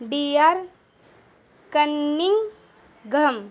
D R Cunningham